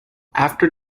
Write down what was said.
after